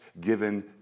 given